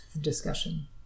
discussion